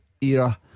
era